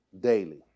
daily